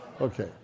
Okay